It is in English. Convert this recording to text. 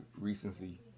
recency